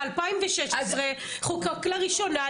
ב-2016 זה חוקק לראשונה,